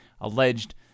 alleged